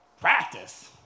Practice